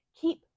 keep